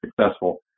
successful